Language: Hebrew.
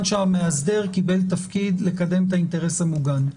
שהמאסדר קיבל תפקיד לקדם את האינטרס המוגן.